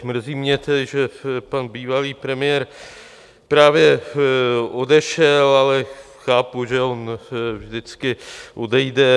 Mrzí mě tedy, že pan bývalý premiér právě odešel, ale chápu, že on vždycky odejde.